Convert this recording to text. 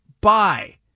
buy